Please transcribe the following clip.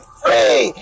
free